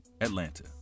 Atlanta